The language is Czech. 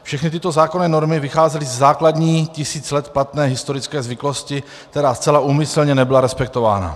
Všechny tyto zákonné normy vycházely ze základní tisíc let platné historické zvyklosti, která zcela úmyslně nebyla respektována.